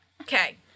Okay